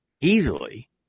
easily